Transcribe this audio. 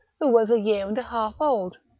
who was a year and a half old.